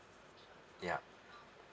ya